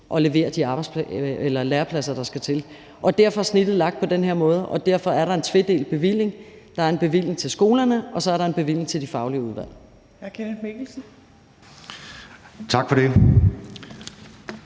at levere de lærepladser, der skal til. Derfor er snittet lagt på den her måde, og derfor er der en tvedelt bevilling: Der er en bevilling til skolerne, og så er der en bevilling til de faglige udvalg.